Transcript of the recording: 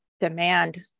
demand